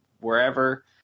wherever